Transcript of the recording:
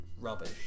rubbish